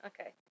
Okay